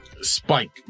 spike